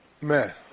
Man